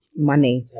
Money